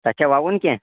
تَتہِ چھا وَوُن کیٚنٛہہ